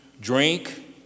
drink